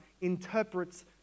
interprets